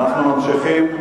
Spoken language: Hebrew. אנחנו ממשיכים.